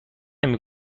نمی